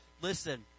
listen